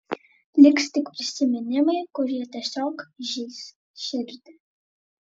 liks tik prisiminimai kurie tiesiog žeis širdį